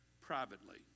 privately